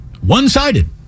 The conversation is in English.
one-sided